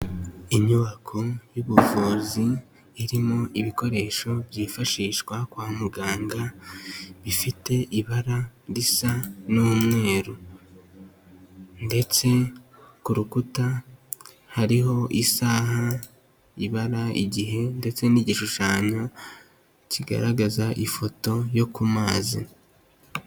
Inyubako y'ubuvuzi irimo ibikoresho byifashishwa kwa muganga, ifite ibara risa n'umweru ndetse ku rukuta hariho isaha ibara igihe ndetse n'igishushanyo kigaragaza ifoto yo ku mazi.